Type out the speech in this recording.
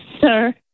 sir